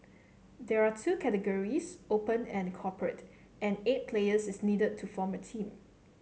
there are two categories Open and Corporate and eight players is needed to form a team